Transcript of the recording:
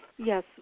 Yes